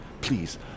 Please